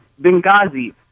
Benghazi